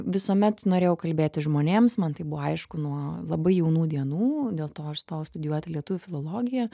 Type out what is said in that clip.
visuomet norėjau kalbėti žmonėms man tai buvo aišku nuo labai jaunų dienų dėl to aš stojau studijuoti lietuvių filologiją